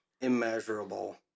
immeasurable